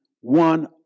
one